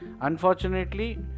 Unfortunately